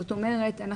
זאת אומרת,